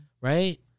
right